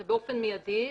זה באופן מידי,